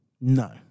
No